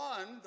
One